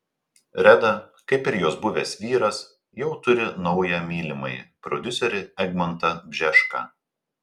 reda kaip ir jos buvęs vyras jau turi naują mylimąjį prodiuserį egmontą bžeską